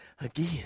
again